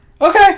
okay